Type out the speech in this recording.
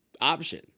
option